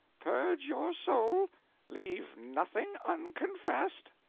purge your soul leave nothing unconfessed.